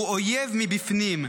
הוא אויב מבפנים.